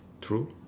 true